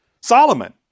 Solomon